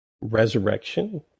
Resurrection